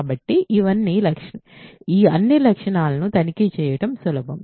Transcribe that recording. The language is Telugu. కాబట్టి అన్ని లక్షణాలను తనిఖీ చేయడం సులభం